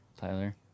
Tyler